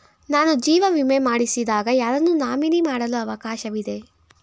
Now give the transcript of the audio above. ನಾನು ಜೀವ ವಿಮೆ ಮಾಡಿಸಿದಾಗ ಯಾರನ್ನು ನಾಮಿನಿ ಮಾಡಲು ಅವಕಾಶವಿದೆ?